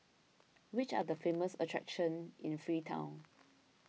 which are the famous attractions in Freetown